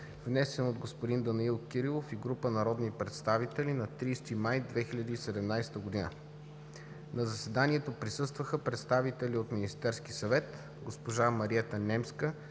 внесен от господин Данаил Кирилов и група народни представители на 30 май 2017 г. На заседанието присъстваха представители от Министерския съвет: госпожа Мариета Немска